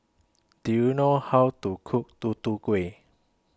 Do YOU know How to Cook Tutu Kueh